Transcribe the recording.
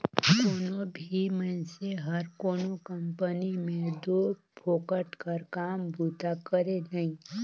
कोनो भी मइनसे हर कोनो कंपनी में दो फोकट कर काम बूता करे नई